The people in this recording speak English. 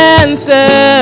answer